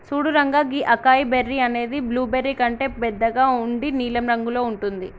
సూడు రంగా గీ acai berry అనేది బ్లూబెర్రీ కంటే బెద్దగా ఉండి నీలం రంగులో ఉంటుంది